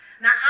Now